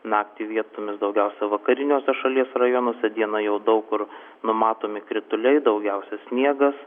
naktį vietomis daugiausia vakariniuose šalies rajonuose dieną jau daug kur numatomi krituliai daugiausia sniegas